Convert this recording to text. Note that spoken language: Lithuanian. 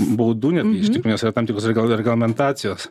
baudų netgi iš tikro nes yra tam tikros regla reglamentacijos